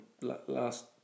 last